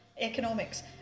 economics